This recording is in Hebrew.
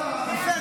חזק.